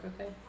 okay